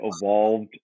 evolved